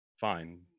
fine